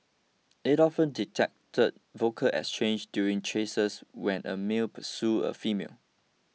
it often detected vocal exchanges during chases when a male pursued a female